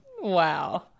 Wow